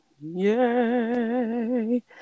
yay